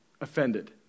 offended